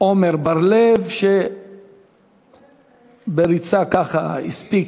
עמר בר-לב, שבריצה הספיק.